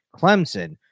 Clemson